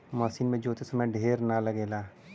मसीन से जोते में समय ढेर ना लगला